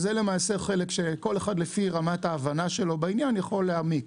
וזה חלק שכל אחד לפי רמת הבנתו בעניין יכול להעמיק.